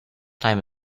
time